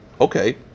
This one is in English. Okay